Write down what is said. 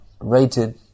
rated